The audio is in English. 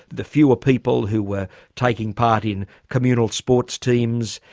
the fewer people who were taking part in communal sports teams,